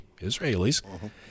Israelis